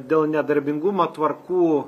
dėl nedarbingumo tvarkų